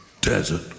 Desert